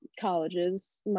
colleges